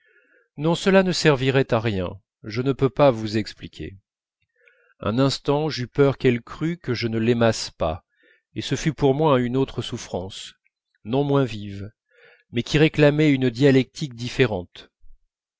non cela ne servirait à rien je ne peux pas vous expliquer un instant j'eus peur qu'elle crût que je ne l'aimasse pas et ce fut pour moi une autre souffrance non moins vive mais qui réclamait une dialectique différente